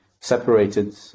separated